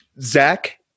Zach